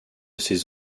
ses